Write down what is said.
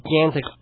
gigantic